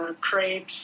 crepes